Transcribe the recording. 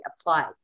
applied